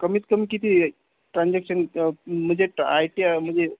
कमीत कमी किती ट्रान्झेक्शन म्हणजे आय टी आर म्हणजे